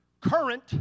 current